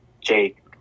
Jake